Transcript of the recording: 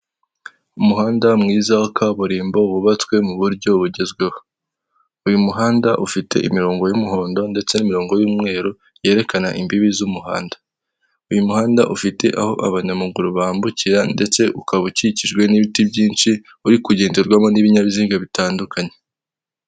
Umuhanda mwiza wa kaburimbo wubatswe mu buryo bugezweho, uyu muhanda ufite imirongo y'umuhondo ndetse n'imirongo y'umweru yerekana imbibi z'umuhanda, uyu muhanda ufite aho abanyamaguru bambukira ndetse ukaba ukikijwe n'ibiti byinshi uri kugenderwamo n'ibinyabiziga bitandukanye.